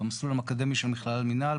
המסלול האקדמי של המכללה למנהל,